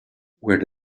where